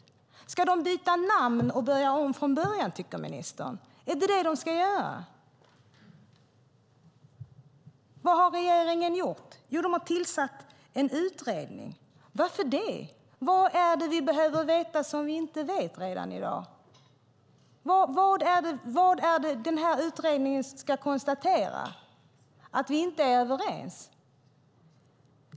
Tycker ministern att de ska byta namn och börja om från början? Vad har regeringen gjort? Jo, man har tillsatt en utredning. Varför det? Vad är det vi behöver veta som vi inte vet redan i dag? Vad ska den här utredningen konstatera? Ska den konstatera att vi inte är överens?